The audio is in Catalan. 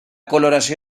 coloració